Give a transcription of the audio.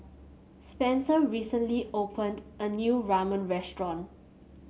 Spencer recently opened a new Ramen restaurant